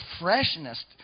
freshness